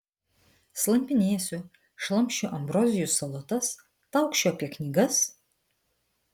slampinėsiu šlamšiu ambrozijų salotas taukšiu apie knygas